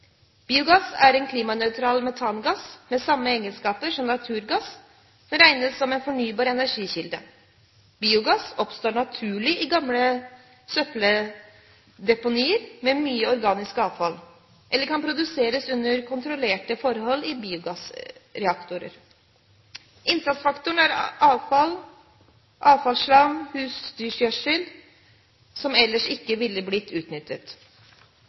Biogass er en klimanøytral metangass med samme egenskaper som naturgass, men regnes som en fornybar energikilde. Biogass oppstår «naturlig» i gamle søppeldeponier med mye organisk avfall, eller kan produseres under kontrollerte forhold i biogassreaktorer. Innsatsfaktoren er avfall, avløpsslam og husdyrgjødsel som ellers ikke ville blitt utnyttet.